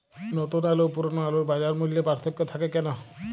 নতুন আলু ও পুরনো আলুর বাজার মূল্যে পার্থক্য থাকে কেন?